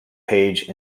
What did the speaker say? page